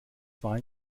zwar